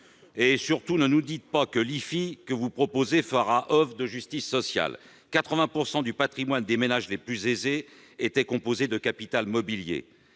Surtout, ne nous dites pas que l'IFI que vous proposez fera oeuvre de justice sociale ! En effet, 80 % du patrimoine des ménages les plus aisés est composé de capital mobilier.